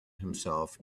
himself